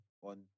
One